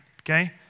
Okay